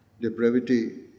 depravity